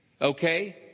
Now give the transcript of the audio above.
Okay